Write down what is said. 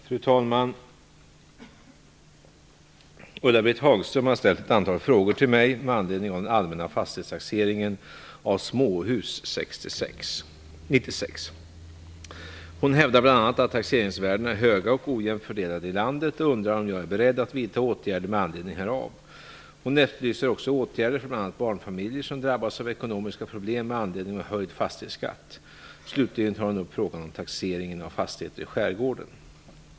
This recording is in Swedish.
Fru talman! Ulla-Britt Hagström har ställt ett antal frågor till mig med anledning av den allmänna fastighetstaxeringen av småhus 1996. Hon hävdar bl.a. att taxeringsvärdena är höga och ojämnt fördelade i landet och undrar om jag är beredd att vidta åtgärder med anledning härav. Hon efterlyser också åtgärder för bl.a. barnfamiljer som drabbas av ekonomiska problem med anledning av höjd fastighetsskatt. Slutligen tar hon upp frågan om taxeringen av fastigheter i skärgården.